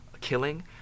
killing